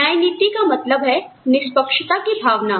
न्याय नीति का मतलब है निष्पक्षता की भावना